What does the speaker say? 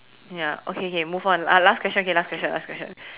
ya okay okay move on la~ last question okay last question last question